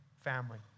family